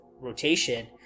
rotation